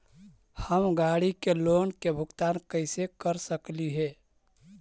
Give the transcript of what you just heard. हम गाड़ी के लोन के भुगतान कैसे कर सकली हे?